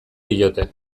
diote